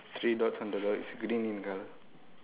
three dots on the right is green in colour